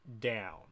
down